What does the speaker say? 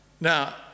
Now